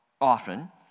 often